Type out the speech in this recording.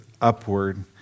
upward